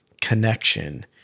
connection